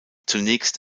zunächst